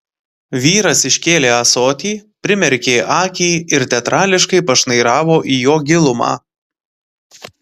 vyras iškėlė ąsotį primerkė akį ir teatrališkai pašnairavo į jo gilumą